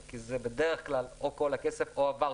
כי בדרך כלל זה או כל הכסף או הוואוצ'ר.